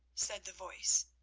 said the voice.